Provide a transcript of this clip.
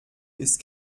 ist